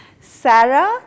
Sarah